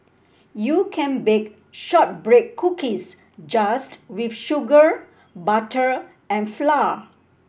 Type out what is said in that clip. you can bake shortbread cookies just with sugar butter and flour